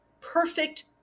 perfect